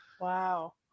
Wow